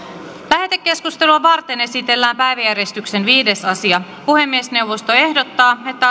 lähetekeskustelua varten esitellään päiväjärjestyksen viides asia puhemiesneuvosto ehdottaa että